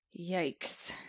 yikes